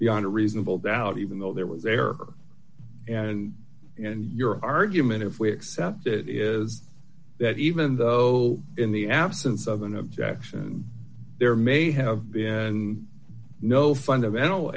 beyond a reasonable doubt even though there was a or and and your argument if we accept it is that even though in the absence of an objection there may have been no fundamental